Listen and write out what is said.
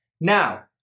Now